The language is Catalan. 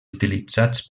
utilitzats